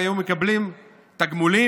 והם היו מקבלים תגמולים